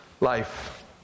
life